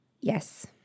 Yes